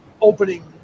opening